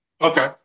Okay